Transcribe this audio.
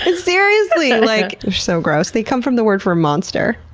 and seriously! like they're so gross. they come from the word for monster.